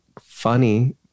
funny